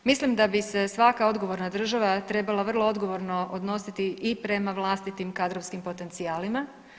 Mislim da bi se svaka odgovorna država trebala vrlo odgovorno odnositi i prema vlastitim kadrovskim potencijalima.